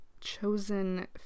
chosen